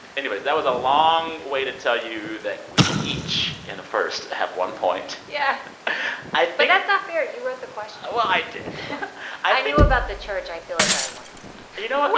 anyway, that was a long way to tell you that we each, in a first, have one point yeah i think. but that's not fair. you wrote the question well, i did i knew about the church. i feel like i won you know what?